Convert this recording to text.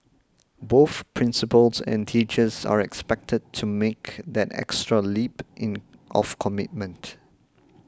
both principals and teachers are expected to make that extra leap in of commitment